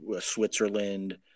Switzerland